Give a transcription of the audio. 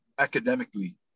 academically